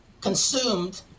consumed